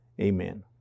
Amen